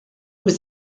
was